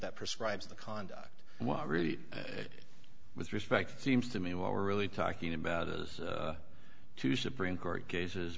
that prescribes the conduct really with respect seems to me what we're really talking about is two supreme court cases